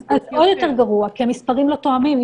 אז עוד יותר גרוע, כי המספרים לא תואמים.